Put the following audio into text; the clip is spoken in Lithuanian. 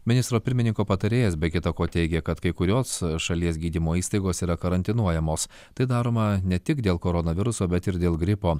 ministro pirmininko patarėjas be kita ko teigė kad kai kurios šalies gydymo įstaigos yra karantinuojamos tai daroma ne tik dėl koronaviruso bet ir dėl gripo